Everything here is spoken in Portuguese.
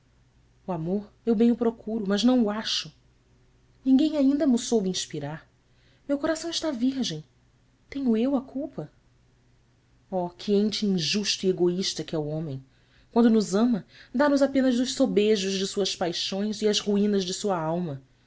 o amor eu bem o procuro mas não o acho ninguém ainda mo soube inspirar meu coração está virgem tenho eu a culpa oh que ente injusto e egoísta que é o homem quando nos ama dá-nos apenas os sobejos de suas paixões e as ruínas de sua alma